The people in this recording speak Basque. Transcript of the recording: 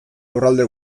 lurralde